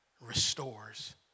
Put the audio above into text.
restores